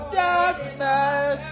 darkness